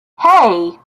hey